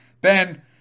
Ben